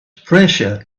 pressure